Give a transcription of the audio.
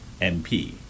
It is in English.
MP